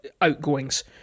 outgoings